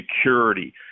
security